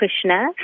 Krishna